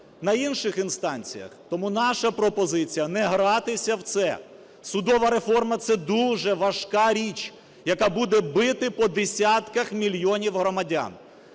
на інших інстанціях. Тому наша пропозиція: не гратися в це, судова реформа – це дуже важка річ, яка буде бити по десятках мільйонів громадян.